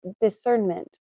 discernment